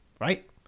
right